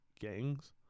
gangs